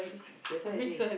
just now you say